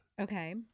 Okay